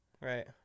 Right